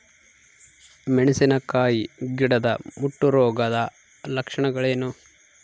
ಮೆಣಸಿನಕಾಯಿ ಗಿಡದ ಮುಟ್ಟು ರೋಗದ ಲಕ್ಷಣಗಳೇನು?